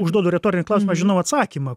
užduodu retorinį klausimą aš žinau atsakymą